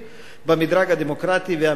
במדרג הדמוקרטי והמינהלי.